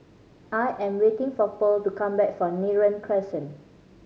I am waiting for Pearl to come back from Neram Crescent